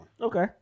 Okay